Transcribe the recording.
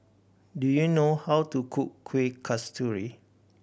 do you know how to cook Kueh Kasturi